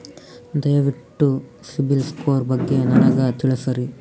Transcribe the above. ದಯವಿಟ್ಟು CIBIL score ಬಗ್ಗೆ ನನಗ ತಿಳಸರಿ?